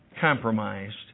compromised